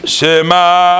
Shema